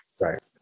right